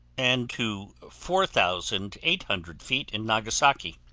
and to four thousand eight hundred feet in nagasaki.